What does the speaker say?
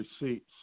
receipts